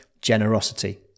generosity